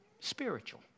Spiritual